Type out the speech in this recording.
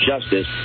justice